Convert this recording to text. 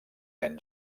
nen